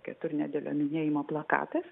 keturnedėlio minėjimo plakatas